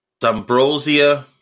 Dambrosia